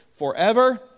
forever